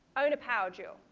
own a power drill?